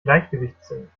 gleichgewichtssinn